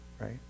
right